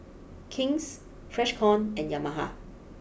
King's Freshkon and Yamaha